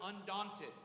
undaunted